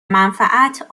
منفعت